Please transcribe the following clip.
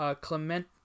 Clement